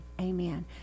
amen